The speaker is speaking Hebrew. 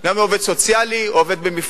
גם אם הוא עובד סוציאלי, עובד במפעל